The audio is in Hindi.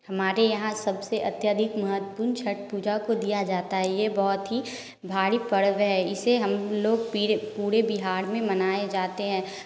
हमारे यहाँ सबसे अत्यधिक महत्वपूर्ण छठ पूजा को दिया जाता है ये बहुत ही भारी पर्व है इसे हम लोग पीर पूरे बिहार में मनाए जाते हैं